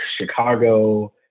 Chicago